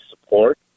support